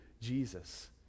Jesus